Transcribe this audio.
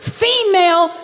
female